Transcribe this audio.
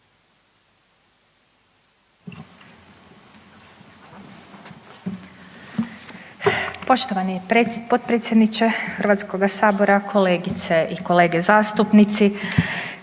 Poštovani potpredsjedniče Hrvatskoga sabora, kolegice i kolege zastupnici